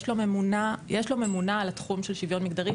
יש לו ממונה על התחום של שוויון מגדרי,